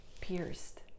pierced